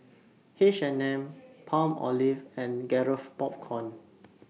H and M Palmolive and Garrett Popcorn